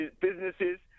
businesses